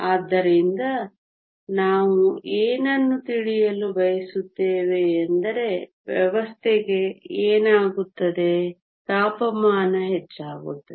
ಆದ್ದರಿಂದ ನಾವು ಏನನ್ನು ತಿಳಿಯಲು ಬಯಸುತ್ತೇವೆ ಎಂದರೆ ವ್ಯವಸ್ಥೆಗೆ ಏನಾಗುತ್ತದೆ ತಾಪಮಾನ ಹೆಚ್ಚಾಗುತ್ತದೆ